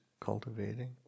cultivating